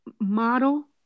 model